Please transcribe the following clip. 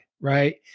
right